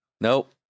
Nope